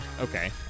Okay